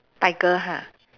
tiger ha